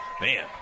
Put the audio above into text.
man